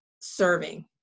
serving